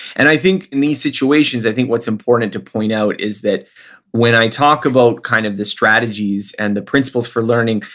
and i think in these situations i think what's important to point out is that when i talk about kind of the strategies and the principles for learning,